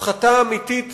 הפחתה אמיתית